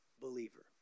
believer